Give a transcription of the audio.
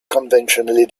conventionally